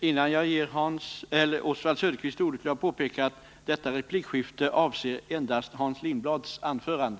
Innan jag ger Oswald Söderqvist ordet vill jag påpeka att detta replikskifte endast avser Hans Lindblads anförande.